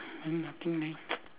then nothing leh